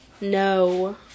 no